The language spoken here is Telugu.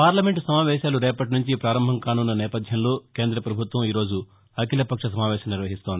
పార్లమెంటు సమావేశాలు రేపటి నుంచి పారంభం కానున్న నేపధ్యంలో కేంద పభుత్వం ఈ రోజు అఖిల పక్ష సమావేశం నిర్వహిస్తోంది